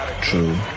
True